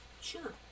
Sure